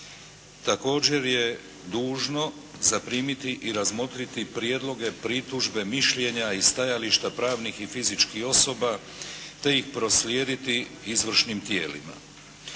Također je dužno zaprimiti i razmotriti prijedloge, pritužbe, mišljenja i stajališta pravnih i fizičkih osoba te ih proslijediti izvršnim tijelima.